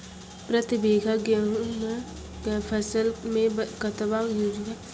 प्रति बीघा गेहूँमक फसल मे कतबा यूरिया कतवा दिनऽक बाद देवाक चाही?